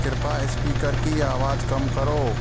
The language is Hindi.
कृपा स्पीकर की आवाज़ कम करो